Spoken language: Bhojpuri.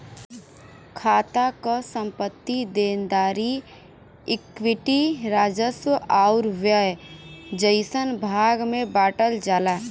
खाता क संपत्ति, देनदारी, इक्विटी, राजस्व आउर व्यय जइसन भाग में बांटल जाला